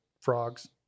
frogs